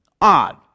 odd